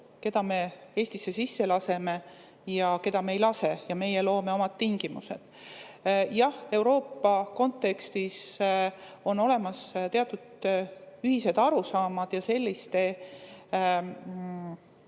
keda me Eestisse sisse laseme ja keda me ei lase. Meie loome omad tingimused. Jah, Euroopa kontekstis on olemas teatud ühised arusaamad. Sellised